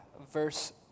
verse